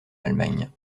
allemagne